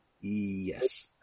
Yes